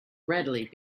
readily